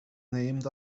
named